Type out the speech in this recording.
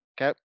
Okay